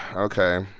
ok,